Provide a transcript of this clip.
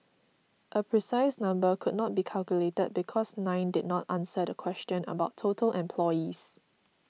a precise number could not be calculated because nine did not answer the question about total employees